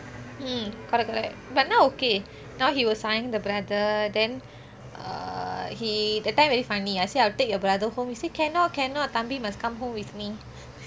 mm correct correct but now okay now he will sayang the brother then err he that time very funny I said I'll take your brother home he say cannot cannot thambi must come home with me